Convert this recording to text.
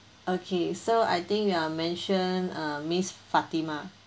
okay so I think you are mention uh miss fatimah